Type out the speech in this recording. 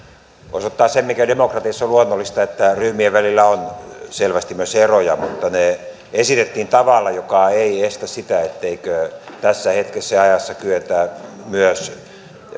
osoittaa sen mikä demokratiassa on luonnollista että ryhmien välillä on selvästi myös eroja mutta ne esitettiin tavalla joka ei estä sitä etteikö tässä hetkessä ja ajassa kyetä myös